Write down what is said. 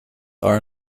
are